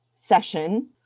session